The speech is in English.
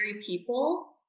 people